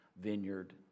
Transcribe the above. vineyard